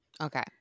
Okay